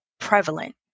Prevalent